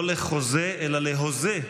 לא לחוזה אלא להוזה,